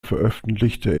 veröffentlichte